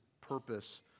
purpose